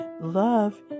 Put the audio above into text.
love